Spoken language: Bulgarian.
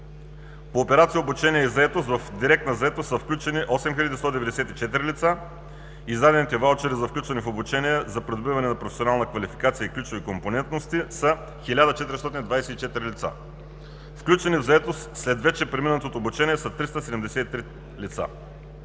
По операция „Обучение и заетост“ в директна заетост са включени 8 194 лица, издадените ваучери за включване в обучение за придобиване на професионална квалификация и ключови компонентности са за 1424 лица. Включени в заетост след вече преминатото обучение са 373 лица.